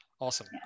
awesome